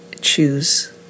choose